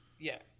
Yes